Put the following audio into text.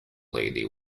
lady